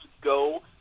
go